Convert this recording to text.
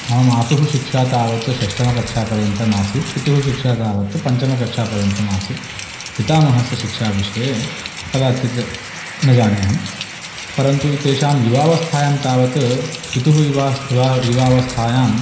मम मातुः शिक्षा तावत् षष्टमकक्षापर्यन्तमासीत् पितुः शिक्षा तावत् पञ्चम कक्षा पर्यन्तम् असीत् पितामहस्य शिक्षा विषये कदाचित् न जाने अहं परन्तु तेषां युवावस्थायां तावत् पितुः युवा युव युवावस्थायां